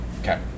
Okay